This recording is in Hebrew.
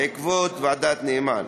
בעקבות ועדת נאמן.